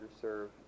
serve